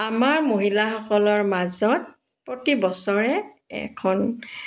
আমাৰ মহিলাসকলৰ মাজত প্ৰতি বছৰে এখন